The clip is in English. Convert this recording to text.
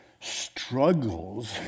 struggles